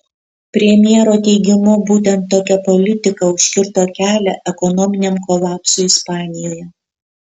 premjero teigimu būtent tokia politika užkirto kelią ekonominiam kolapsui ispanijoje